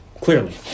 Clearly